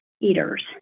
eaters